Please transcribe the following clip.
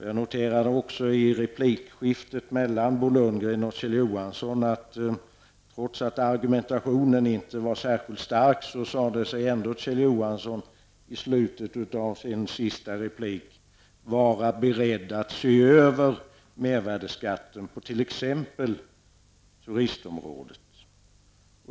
Jag noterade dessutom vid replikskiftet mellan Bo Lundgren och Kjell Johansson att trots att argumentationen inte var särskilt stark sade sig ändå Kjell Johansson i slutet av sin sista replik vara beredd att se över mervärdeskatten på t.ex. turistområdet.